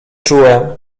czułem